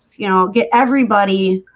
you know, get everybody,